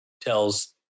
tells